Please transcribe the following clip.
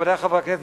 מכובדי חברי הכנסת,